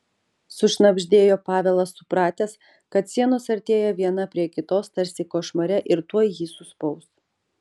sušnabždėjo pavelas supratęs kad sienos artėja viena prie kitos tarsi košmare ir tuoj jį suspaus